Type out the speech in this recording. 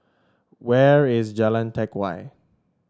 where is Jalan Teck Whye